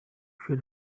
should